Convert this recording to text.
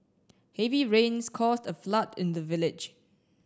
heavy rains caused a flood in the village